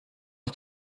ist